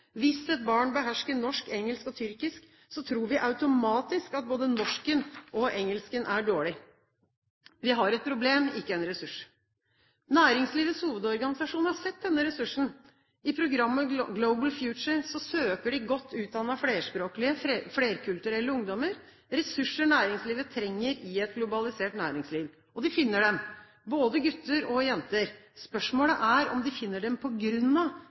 Hvis et barn behersker norsk, engelsk og tyrkisk, tror vi automatisk at både norsken og engelsken er dårlig. Vi har et problem, ikke en ressurs. Næringslivets Hovedorganisasjon har sett denne ressursen. I programmet «Global Future» søker de godt utdannede flerspråklige, flerkulturelle ungdommer, ressurser næringslivet trenger i et globalisert næringsliv. Og de finner dem, både gutter og jenter. Spørsmålet er om de finner